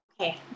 okay